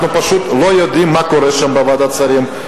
אנחנו פשוט לא יודעים מה קורה שם, בוועדת השרים.